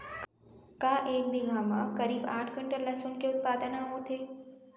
का एक बीघा म करीब आठ क्विंटल लहसुन के उत्पादन ह होथे?